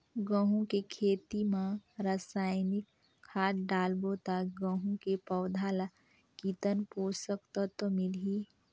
गंहू के खेती मां रसायनिक खाद डालबो ता गंहू के पौधा ला कितन पोषक तत्व मिलही?